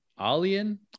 Alien